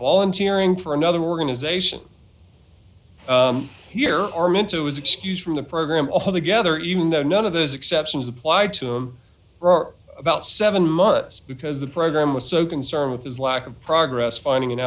volunteering for another organization here are meant to was excused from the program altogether even though none of those exceptions applied to him for about seven months because the program was so concerned with his lack of progress finding